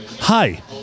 Hi